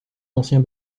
ancien